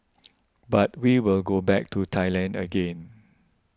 but we will go back to Thailand again